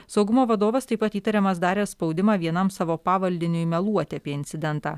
saugumo vadovas taip pat įtariamas daręs spaudimą vienam savo pavaldiniui meluoti apie incidentą